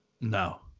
No